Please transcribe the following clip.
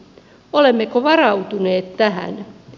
olemmeko varautuneet tähän